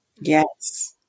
Yes